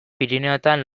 pirinioetan